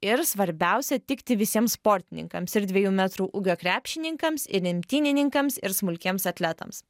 ir svarbiausia tikti visiems sportininkams ir dviejų metrų ūgio krepšininkams ir imtynininkams ir smulkiems atletams